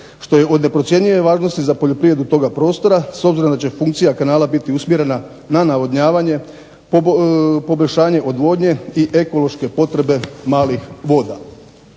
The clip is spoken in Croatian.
što je od neprocjenjive važnosti za poljoprivredu toga prostora, s obzirom da će funkcija kanala biti usmjerena na navodnjavanje, poboljšanje odvodnje i ekološke potrebe malih voda.